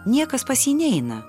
niekas pas jį neina